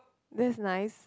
that's nice